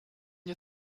nie